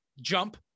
jump